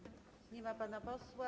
Nie ma pana posła.